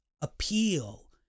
appeal